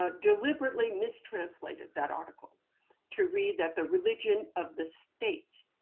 ah deliberately mistranslated that article to read that the religion of the state